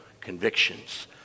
convictions